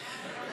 40 לא התקבלה.